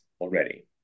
already